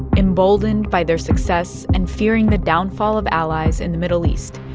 emboldened by their success and fearing the downfall of allies in the middle east,